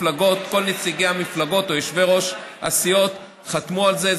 נציגי כל המפלגות או יושבי-ראש הסיעות חתמו על זה.